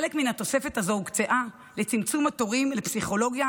חלק מן התוספת הזו הוקצתה לצמצום התורים לפסיכולוגיה